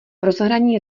rozhraní